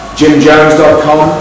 jimjones.com